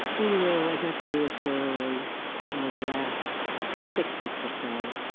well, you know i got to be with john ah the last six weeks or so.